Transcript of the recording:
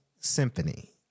symphony